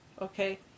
okay